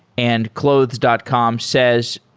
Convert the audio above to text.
and clothes dot com says,